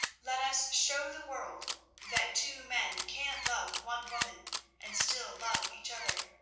let us show the world that two men can love one woman and still love each other,